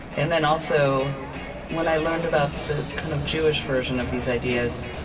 and then also when i learned about the kind of jewish version of these ideas,